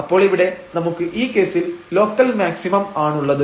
അപ്പോൾ ഇവിടെ നമുക്ക് ഈ കേസിൽ ലോക്കൽ മാക്സിമം ആണുള്ളത്